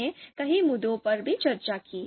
हमने कई मुद्दों पर भी चर्चा की